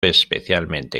especialmente